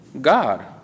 God